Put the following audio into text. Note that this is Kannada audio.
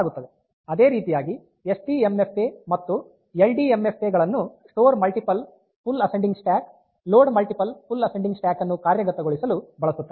ಅದೇ ರೀತಿಯಾಗಿ S T M F A ಮತ್ತು L D M F A ಗಳನ್ನು store multiple full ascending stack ಹಾಗೂ load multiple full ascending stack ಅನ್ನು ಕಾರ್ಯಗತಗೊಳಿಸಲು ಬಳಸುತ್ತಾರೆ